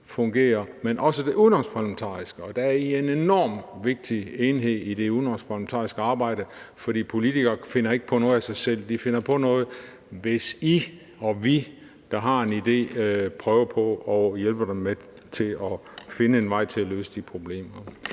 men også det udenomsparlamentariske. Og der er I en enorm vigtig enhed i det udenomsparlamentariske arbejde, fordi politikere finder ikke på noget af sig selv. De finder på noget, hvis I og vi, der har en idé, prøver på at hjælpe dem til at finde en vej til at løse problemerne.